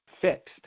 fixed